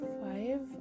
five